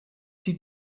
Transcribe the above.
die